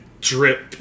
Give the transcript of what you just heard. drip